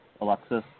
Alexis